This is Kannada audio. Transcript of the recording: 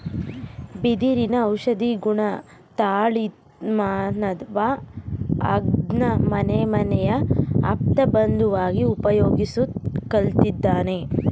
ಬಿದಿರಿನ ಔಷಧೀಗುಣ ತಿಳಿದ್ಮಾನವ ಅದ್ನ ಮನೆಮನೆಯ ಆಪ್ತಬಂಧುವಾಗಿ ಉಪಯೋಗಿಸ್ಲು ಕಲ್ತಿದ್ದಾನೆ